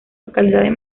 localidades